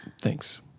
Thanks